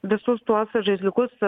visus tuos žaisliukus